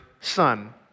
son